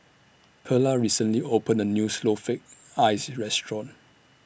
Perla recently opened A New Snowflake Ice Restaurant